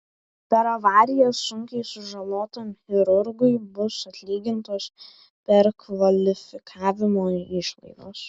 per avariją sunkiai sužalotam chirurgui bus atlygintos perkvalifikavimo išlaidos